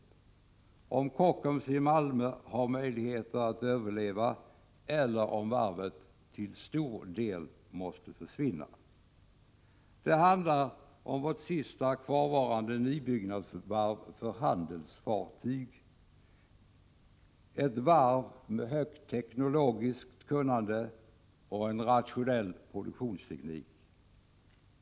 Den handlar om huruvida Kockums i Malmö har möjligheter att överleva eller om varvet till stor del måste försvinna. Den handlar om vårt sista kvarvarande varv för nybyggnad av handelsfartyg, ett varv med stort teknologiskt kunnande och en rationell produktionsteknik.